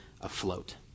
afloat